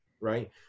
right